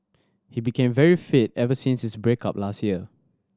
he became very fit ever since his break up last year